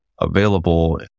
available